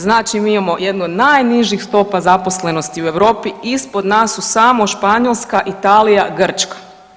Znači mi imamo jedno od najnižih stopa zaposlenosti u Europi, ispod nas su samo Španjolska, Italija, Grčka.